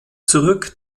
zurück